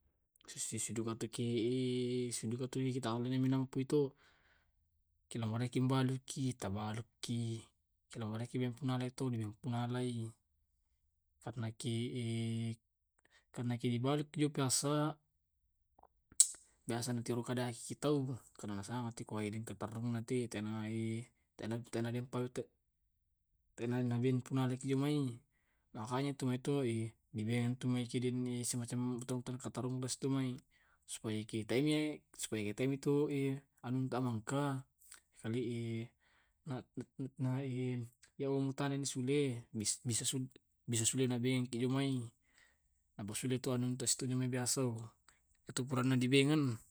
Sisidugatuki sisidugaki tali taalai imamponai to, ki namoloraiki mbaluki, tabaluki. Kenamoloraiki bempunalai to bempunalai. Karna ki karena ki balik ki jo kobiasa biasa na tiroi kada hi tau karena na sanga teaui ke dee katerrungna te. Tena na aai te tena den paite tena dempu na alaki jo mai. Makanya to mai to eh BBM tumai kedenni simacam to tau katarumbes tumai. Supaya ke ki teamie, supaya keteami tu eh anunta mangka kali eh, iyao mu tanengmi sule. Bis bi sa bisa sulena beng kejomai. Abbona suda tuma anunta si biasa o, atu puranna di bengen.